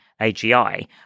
agi